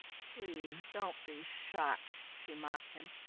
please don't be shocked, she mocked him.